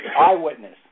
eyewitness